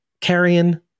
carrion